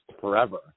forever